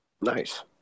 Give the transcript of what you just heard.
Nice